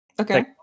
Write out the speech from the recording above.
Okay